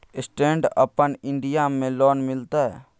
Stand अपन India में loan मिलते?